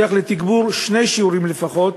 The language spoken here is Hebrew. לוקח לתגבור שני שיעורים לפחות,